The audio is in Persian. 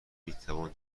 میتوان